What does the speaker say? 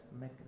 make